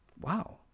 Wow